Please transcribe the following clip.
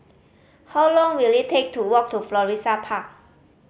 how long will it take to walk to Florissa Park